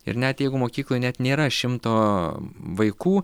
ir net jeigu mokykloj net nėra šimto vaikų